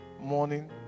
morning